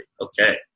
Okay